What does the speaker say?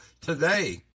today